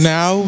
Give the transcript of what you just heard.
Now